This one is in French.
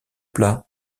plat